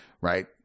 right